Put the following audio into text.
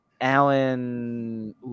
alan